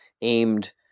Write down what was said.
aimed